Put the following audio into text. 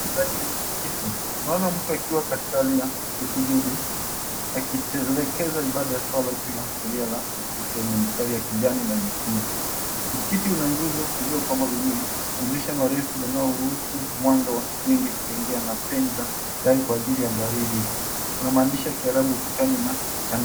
Ndani ya msikiti tunaona mtu akiwa katika hali ya kusujudu akitelekeza ibada ya swala juu ya zulia la msikiti lenye mistari ya kijani na nyekundu. Msikiti una nguzo zilizopambwa vizuri, madirisha marefu yanayoruhusu mwanga wa nje kuingia na feni za dari kwa ajili ya baridi, kuna maandishi ya kiarabu ukutani na cha...